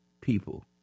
people